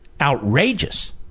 outrageous